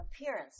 appearance